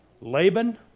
Laban